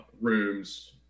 rooms